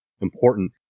important